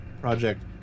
project